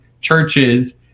churches